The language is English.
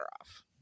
off